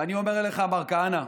ואני אומר לך, מר כהנא,